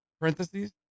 parentheses